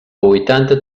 huitanta